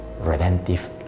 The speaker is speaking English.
redemptive